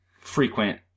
frequent